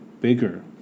bigger